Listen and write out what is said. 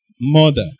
mother